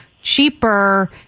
Cheaper